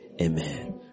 Amen